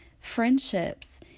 friendships